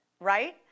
right